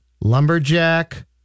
lumberjack